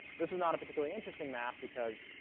this is not a particularly interesting map, because,